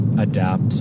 adapt